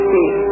See